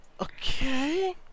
okay